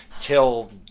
till